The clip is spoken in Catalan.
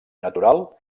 natural